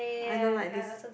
I don't like this